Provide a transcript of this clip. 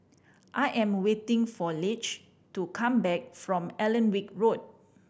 I am waiting for Leigh to come back from Alnwick Road